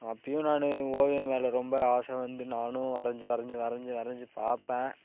அப்போயும் நான் ஓவியம் மேலே ரொம்ப ஆசை வந்து நானும் வரைஞ்சி வரைஞ்சி வரைஞ்சி வரைஞ்சி பார்ப்பேன்